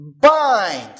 bind